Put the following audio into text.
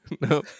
No